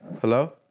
Hello